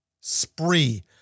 spree